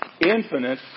infinite